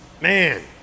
Man